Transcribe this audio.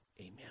amen